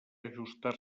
ajustar